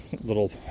little